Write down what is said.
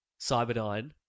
Cyberdyne